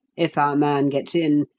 if our man gets in,